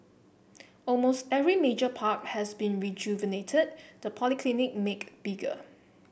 almost every major park has been rejuvenated the polyclinic made bigger